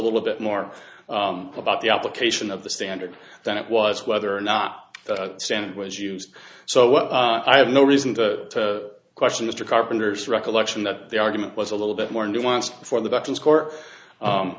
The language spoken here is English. little bit more about the application of the standard than it was whether or not the stand was used so i have no reason to question mr carpenter's recollection that the argument was a little bit more nuanced for the